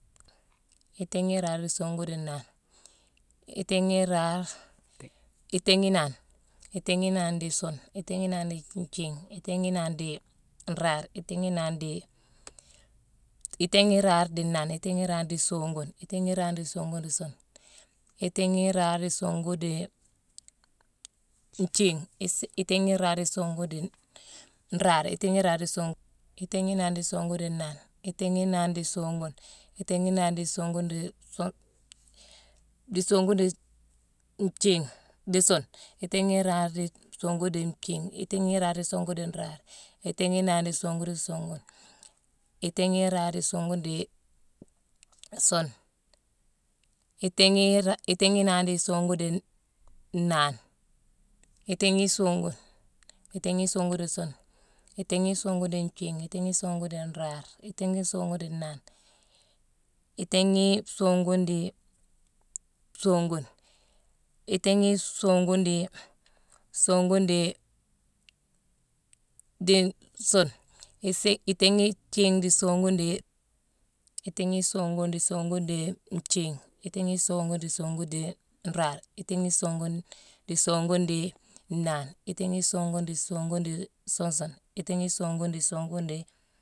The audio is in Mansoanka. Itééghi iraare dii songune dii inaane, itééghi iraare, itééghi inaane. Itééghi inaane dii suune, itééghi inaane dii nthiigh, itééghi inaane dii nraare, itééghi inaane dii-itééghi iraare dii nnaane, itééghi iraare dii songune, itééghi iraare dii songune dii suune, itééghi iraare dii songune dii nthiigh, isi-itééghi iraare dii songune dii nraare, itééghi iraare dii songune-itééghi inaane dii songune dii nnaane, itééghi inaane dii songune, itééghi inaane dii songune dii suun-dii-songune-dii nthiigh-dii-suune, itééghi iraare dii songune dii songune dii nthiigh, itééghi iraare dii songune dii nraare, itééghi inaane dii songune dii songune, itééghi iraare dii songune dii suune, itééghi- iraare-itééghi-inaane dii songune dii n- nnaane, itééghi songune. Itééghi songune dii suune, itééghi songune dii nthiigh, itééghi songune dii nraare, itééghi songune dii nnaane, itééghi songune dii songune, itééghi songune dii songune dii-suune, itééghi nthiigh dii songune dii-itééghi songune dii songune dii nthiigh, itééghi songune dii nraare, itééghi songune dii songune dii nnaane, itééghi songune dii songune dii suune sune, itééghi songune dii songune dii.